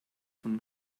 von